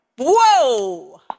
Whoa